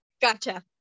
Gotcha